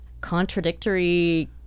contradictory